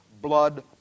blood